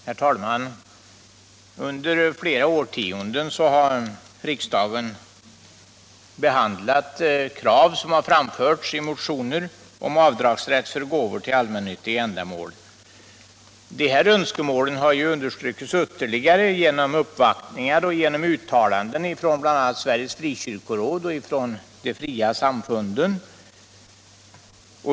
Herr talman! Under flera årtionden har riksdagen behandlat krav som framförts i motioner om rätt till avdrag för gåvor till allmännyttiga ändamål. Dessa önskemål har understrukits ytterligare genom uppvaktningar och uttalanden från bl.a. Sveriges frikyrkoråd och de fria samfunden.